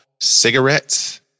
cigarettes